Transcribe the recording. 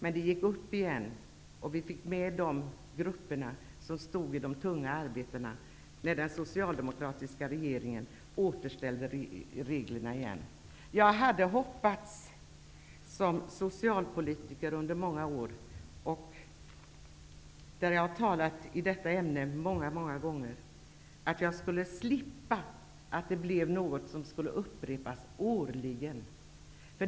Men det gick upp igen och vi fick med grupperna från de tunga arbetena när den socialdemokratiska regeringen återställde reglerna. Som socialpolitiker har jag under flera år talat i detta ämne många gånger. Jag hade hoppats att det inte skulle bli något som upprepades årligen.